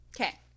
okay